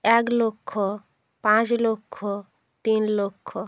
এক লক্ষ পাঁচ লক্ষ তিন লক্ষ